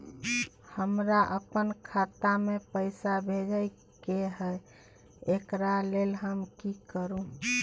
हमरा अपन खाता में पैसा भेजय के है, एकरा लेल हम की करू?